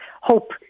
hope